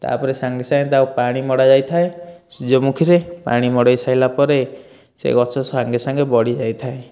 ତାପରେ ସାଙ୍ଗେ ସାଙ୍ଗେ ତାକୁ ପାଣି ମଡ଼ା ଯାଇଥାଏ ସୂର୍ଯ୍ୟମୂଖୀରେ ପାଣି ମଡ଼ାଇ ସାଇଲା ପରେ ସେଇ ଗଛ ସାଙ୍ଗେ ସାଙ୍ଗେ ବଢ଼ି ଯାଇ ଥାଏ